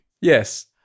Yes